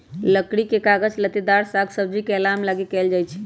लकड़ी के काज लत्तेदार साग सब्जी के अलाम लागी कएल जाइ छइ